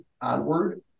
onward